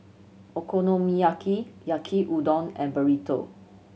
Okonomiyaki Yaki Udon and Burrito